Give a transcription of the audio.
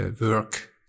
work